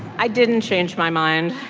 i didn't change my mind.